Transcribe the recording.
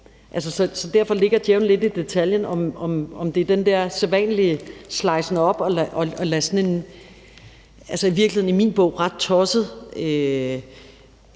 Så derfor ligger djævlen lidt i detaljen, i forhold til om det er den der sædvanlige slicen op og sådan en i virkeligheden i min bog ret tosset